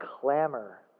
clamor